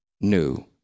new